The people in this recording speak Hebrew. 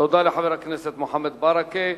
תודה לחבר הכנסת מוחמד ברכה.